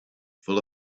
full